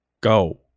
go